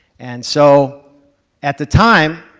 and so at the time,